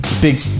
big